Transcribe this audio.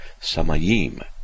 samayim